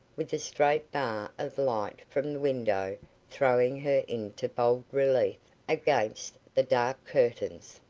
with a straight bar of light from the window throwing her into bold relief against the dark curtains.